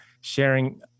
sharing